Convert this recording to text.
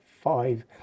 five